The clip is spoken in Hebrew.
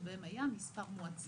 שבהם היה מספר מועט.